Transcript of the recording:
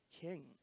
king